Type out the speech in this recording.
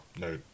no